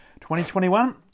2021